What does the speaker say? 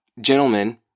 gentlemen